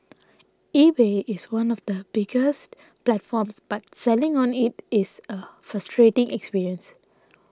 eBay is one of the biggest platforms but selling on it is a frustrating experience